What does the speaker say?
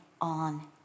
on